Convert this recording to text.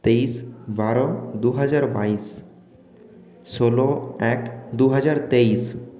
তেইশ বারো দুহাজার বাইশ ষোলো এক দুহাজার তেইশ